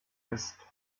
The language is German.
ist